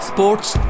Sports